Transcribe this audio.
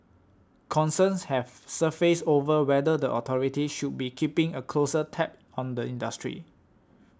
concerns have surfaced over whether the authorities should be keeping a closer tab on the industry